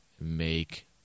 make